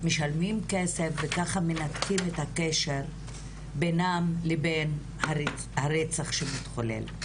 ומשלמים כסף וככה מנתקים את הקשר בינם לבין הרצח שמתחולל.